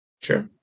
Sure